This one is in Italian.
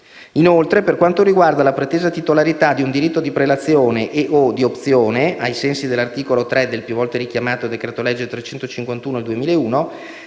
Inoltre, per quanto riguarda la pretesa titolarità di un diritto di prelazione e/o opzione, ai sensi dell'articolo 3 del più volte richiamato decreto-legge n. 351 del 2001,